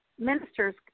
Ministers